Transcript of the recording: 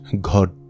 God